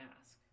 ask